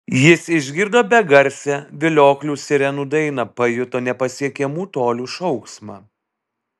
jis išgirdo begarsę vilioklių sirenų dainą pajuto nepasiekiamų tolių šauksmą